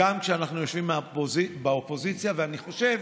גם כשאנחנו יושבים באופוזיציה, ואני חושב